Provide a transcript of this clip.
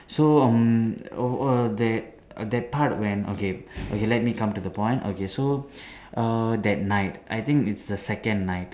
so mm oh err that that part when okay okay let me come to the point okay so uh that night I think it's the second night